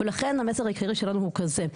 ולכן המסר העיקרי שלנו הוא כזה,